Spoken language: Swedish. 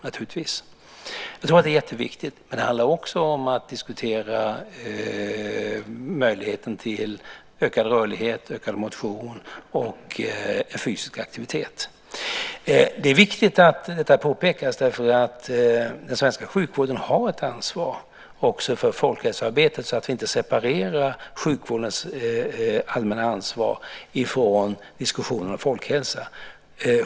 Jag tror att det är jätteviktigt. Det handlar också om att diskutera möjligheten till ökad motion och fysisk aktivitet. Det är viktigt att detta påpekas, för den svenska sjukvården har ett ansvar också för folkhälsoarbetet. Vi ska inte separera sjukvårdens allmänna ansvar ifrån diskussionen om folkhälsa.